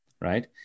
right